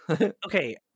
okay